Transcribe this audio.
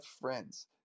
friends